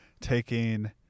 taking